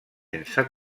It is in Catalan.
sense